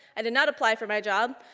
i did not apply for my job.